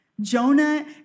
Jonah